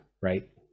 Right